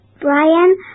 Brian